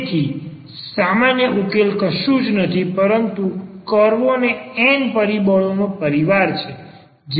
તેથી સામાન્ય ઉકેલો કશું જ નથી પરંતુ કર્વોને n પરિબળનો પરિવાર છે